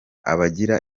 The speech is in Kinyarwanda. abagira